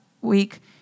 week